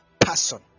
person